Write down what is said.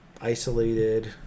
isolated